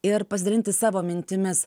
ir pasidalinti savo mintimis